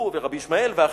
הוא ורבי ישמעאל ואחרים,